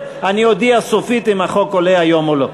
אני אודיע סופית אם החוק עולה היום או לא.